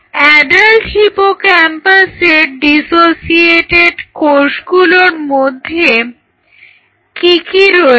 adult হিপোক্যাম্পাসের dissociated কোষগুলোর মধ্যে কি কি রয়েছে